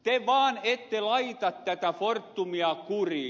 te vaan ette laita fortumia kuriin